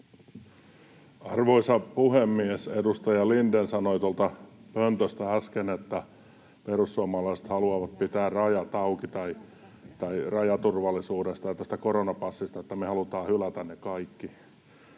Arvoisa puhemies! Edustaja Lindén sanoi tuolta pöntöstä äsken, että perussuomalaiset haluavat pitää rajat auki — tai rajaturvallisuudesta ja tästä koronapassista, että me haluamme hylätä ne kaikki.